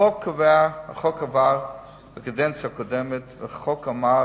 החוק שעבר בקדנציה הקודמת אמר